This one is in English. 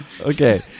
Okay